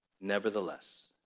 Nevertheless